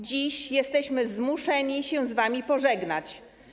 Dziś jesteśmy zmuszeni się z wami pożegnać.